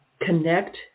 connect